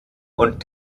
und